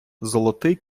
золотий